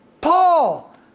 Paul